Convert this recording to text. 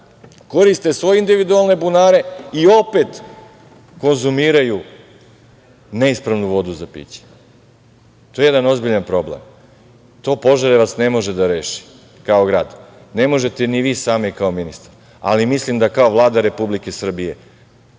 koriste svoje individualne bunare i opet konzumiraju neispravnu vodu za piće. To je jedan ozbiljan problem. To Požarevac ne može da reši kao grad, ne možete ni vi sami kao ministar, ali mislim da kao Vlada Republike Srbije